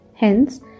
Hence